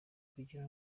kugira